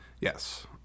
Yes